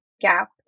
Gap